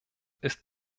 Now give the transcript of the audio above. ist